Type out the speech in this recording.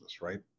right